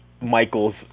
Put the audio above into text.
michael's